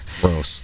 Gross